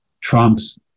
Trump's